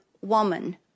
woman